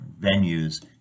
venues